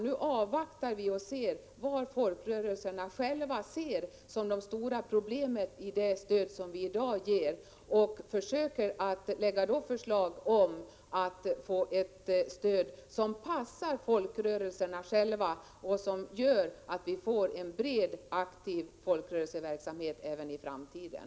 Nu avvaktar vi i stället vad folkrörelserna själva anser vara det stora problemet med det stöd som vi ger i dag. Vi får sedan lägga fram ett förslag om ett stöd som passar folkrörelserna själva och som gör att vi får en bred, aktiv folkrörelseverksamhet även i framtiden.